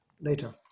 later